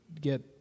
get